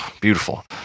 beautiful